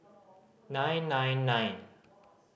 nine nine nine